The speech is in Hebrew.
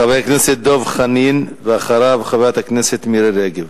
חבר הכנסת דב חנין, ואחריו, חברת הכנסת מירי רגב.